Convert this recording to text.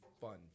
fun